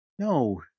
No